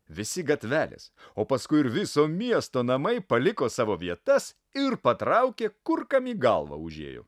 visi gatvelės o paskui ir viso miesto namai paliko savo vietas ir patraukė kur kam į galvą užėjo